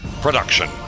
PRODUCTION